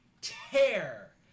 tear